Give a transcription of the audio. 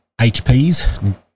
HPs